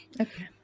Okay